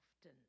often